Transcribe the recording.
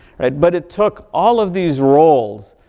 right. but it took all of these roles,